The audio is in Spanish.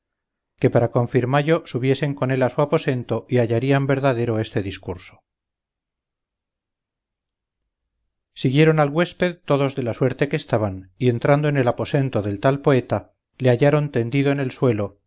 que para confirmallo subiesen con él a su aposento y hallarían verdadero este discurso siguieron al güésped todos de la suerte que estaban y entrando en el aposento del tal poeta le hallaron tendido en el suelo